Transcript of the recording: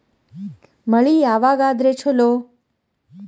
ಮಳಿ ಯಾವಾಗ ಆದರೆ ಛಲೋ?